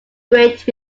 great